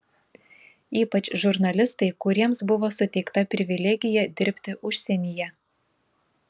ypač žurnalistai kuriems buvo suteikta privilegija dirbti užsienyje